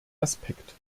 aspekt